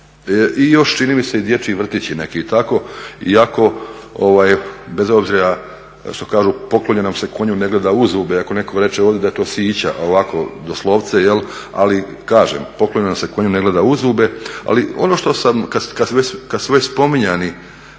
I još čini mi se dječji vrtići neki, iako bez obzira što kažu poklonjenom se konju ne gleda u zube, iako netko reče ovdje da je to sića ovako doslovce jel', ali kažem poklonjenom se konju ne gleda u zube. Ali ono što sam, kad su već spominjani